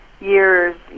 years